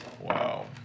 Wow